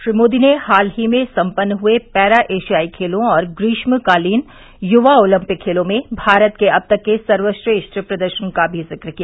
श्री मोदी ने हाल ही में सम्पन्न हुए पैरा एशियाई खेलों और ग्रीष्मकालीन युवा ओलम्पिक खेलों में भारत के अब तक के सर्वश्रेष्ठ प्रदर्शन का भी जिक्र किया